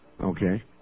Okay